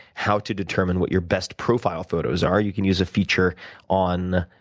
how to determine what your best profile photos are. you can use a feature on